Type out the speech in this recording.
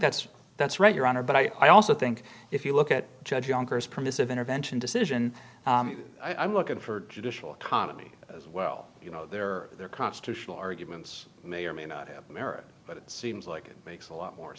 that's that's right your honor but i also think if you look at judge younkers permissive intervention decision i'm looking for judicial economy as well you know there are constitutional arguments may or may not have merit but it seems like it makes a lot more